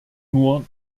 nur